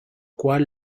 cual